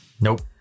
Nope